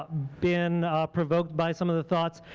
ah been provoked by some of the thoughts,